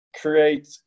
create